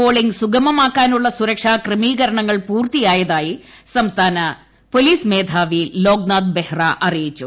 polling സുഗമമാക്കാനുള്ള സുരക്ഷ ക്രമീകരണങ്ങൾ പൂർത്തിയായതായി സംസ്ഥാന പോലീസ് മേധാവി ലോക്നാഥ് ബെഹ്റ അറിയിച്ചു